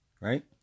Right